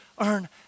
earn